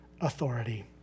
authority